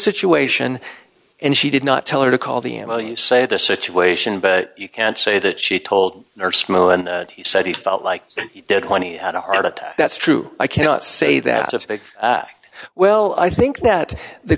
situation and she did not tell her to call the m o you say the situation but you can't say that she told her smile and he said he felt like he did honey and a heart attack that's true i cannot say that if they well i think that the